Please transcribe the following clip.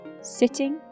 sitting